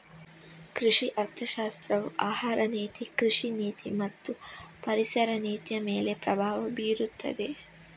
ಕೃಷಿ ಅರ್ಥಶಾಸ್ತ್ರವು ಆಹಾರ ನೀತಿ, ಕೃಷಿ ನೀತಿ ಮತ್ತು ಪರಿಸರ ನೀತಿಯಮೇಲೆ ಪ್ರಭಾವ ಬೀರುತ್ತದೆ